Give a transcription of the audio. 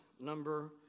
number